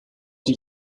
die